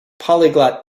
polyglot